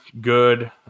good